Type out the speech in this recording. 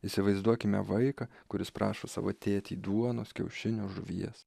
įsivaizduokime vaiką kuris prašo savo tėtį duonos kiaušinių žuvies